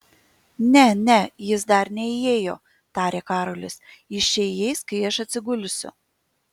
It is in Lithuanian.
ne ne jis dar neįėjo tarė karolis jis čia įeis kai aš atsigulsiu